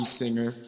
Singer